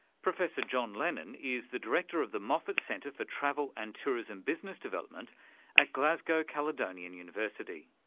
professor john lennon is the director of the moffat centre for travel and tourism business development at glasgow caledonian university.